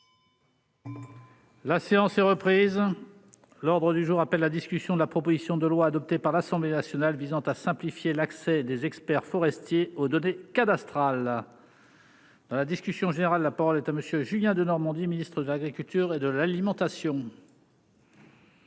La séance est reprise, l'ordre du jour appelle la discussion de la proposition de loi adoptée par l'Assemblée nationale visant à simplifier l'accès des experts forestiers aux données cadastrales. Dans la discussion générale, la parole est à monsieur Julien Denormandie, ministre de l'Agriculture et de l'alimentation.